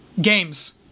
games